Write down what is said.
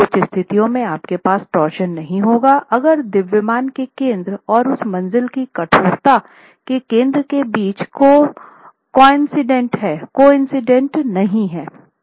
कुछ स्थितियों में आपके पास टॉरशन नहीं होगा अगर द्रव्यमान के केंद्र और उस मंजिला की कठोरता के केंद्र के बीच कोइन्सिडेंटcoincident नहीं है